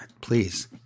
please